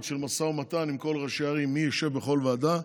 משא ומתן עם כל ראשי הערים על מי ישב בכל ועדה,